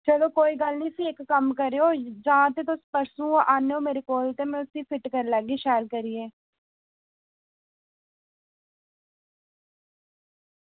चलो कोई गल्ल निं इसी इक्क कम्म करेओ जां ते तुस परसों आह्नेओ मेरे कोल ते फ्ही उसी फिट करी लैगी शैल करियै